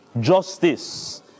justice